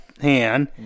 hand